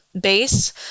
Base